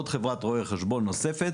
חברת רואי חשבון נוספת,